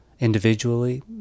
individually